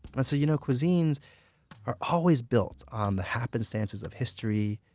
and so you know cuisines are always built on the happenstances of history,